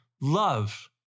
love